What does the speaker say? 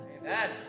Amen